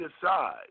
decide